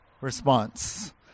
response